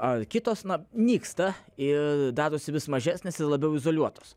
ar kitos na nyksta ir darosi vis mažesnės ir labiau izoliuotos